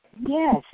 Yes